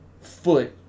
foot